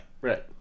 Right